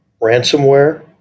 ransomware